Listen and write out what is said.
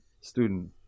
student